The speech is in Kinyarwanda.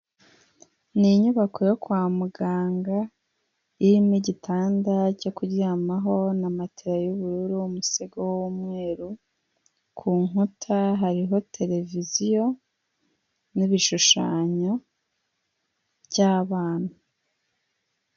Ni inyubako yo kwa muganga, irimo igitanda cyo kuryamaho na matera y'ubururu, umusego w'umweru, ku nkuta hariho televiziyo n'ibishushanyo by'abana.